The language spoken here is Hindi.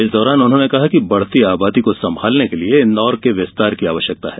इस दौरान उन्होंने कहा कि बढ़ती आबादी को संभालने के लिये इंदौर के विस्तार की जरूरत है